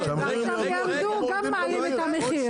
--- כשהם ירדו, גם מעלים את המחיר.